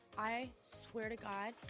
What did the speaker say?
i swear to god,